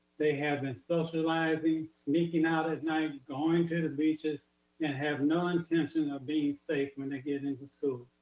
they have been socializing sneaking out at night and going to the beaches and have none intention of being safe when they get and into school.